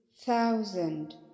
thousand